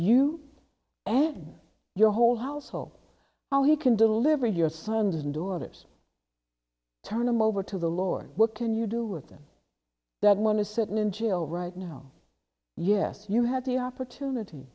you and your whole household how he can deliver your sons and daughters turn him over to the lord what can you do with them that money is sitting in jail right now yes you had the opportunity